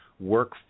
work